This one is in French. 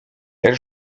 elle